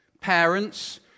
Parents